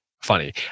funny